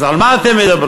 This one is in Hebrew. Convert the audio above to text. אז על מה אתם מדברים?